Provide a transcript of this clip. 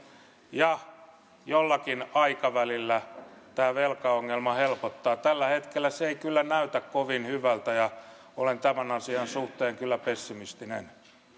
ja jollakin aikavälillä tämä velkaongelma helpottaa tällä hetkellä se ei kyllä näytä kovin hyvältä ja olen tämän asian suhteen kyllä pessimistinen